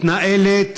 מתנהלת